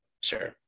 Sure